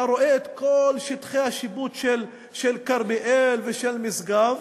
אתה רואה את כל שטחי השיפוט של כרמיאל ושל משגב,